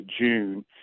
June